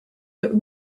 but